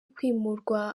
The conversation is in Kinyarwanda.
kwimurwa